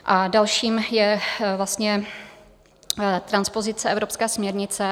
A dalším je vlastně transpozice evropské směrnice.